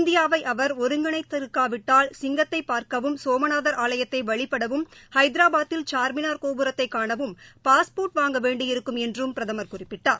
இந்தியாவை அவர் ஒருங்கிணைத்திருக்காவிட்டால் சிங்கத்தைப் பார்க்கவும் சோமநாதர் ஆவயத்தை வழிபடவும் ஹைதராபாத்தில் சார்மினார் கோபுரத்தை காணவும் பாஸ்போர்ட் வாங்க வேண்டியிருக்கும் என்றும் பிரதமர் குறிப்பிட்டார்